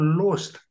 lost